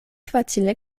facile